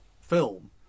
film